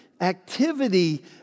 activity